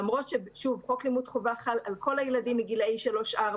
למרות שחוק חינוך חובה חל על כל הילדים מגילאי 3-4,